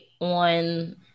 on